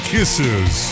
Kisses